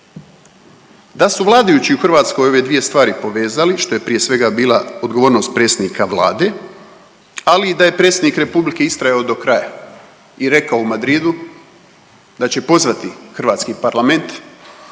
Da su vladajući u Hrvatskoj ove dvije stvari povezali što je prije svega bila odgovornost predsjednika vlade, ali i da je predsjednik Republike istrajao do kraja i rekao u Madridu da će pozvati hrvatski parlament